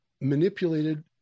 manipulated